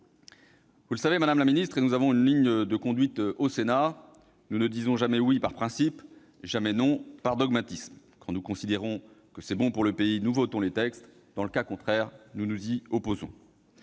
Vous le savez, madame la ministre, le Sénat a une ligne de conduite : nous ne disons jamais oui par principe et jamais non par dogmatisme. Quand nous considérons qu'ils sont bons pour le pays, nous votons les textes ; dans le cas contraire, nous nous y opposons.